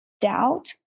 doubt